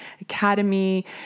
Academy